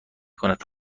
کند